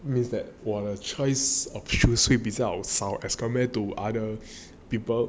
it means that while a choice of shoes 会比较少 as compared to other people